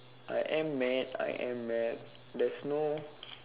I am mad I am mad there's no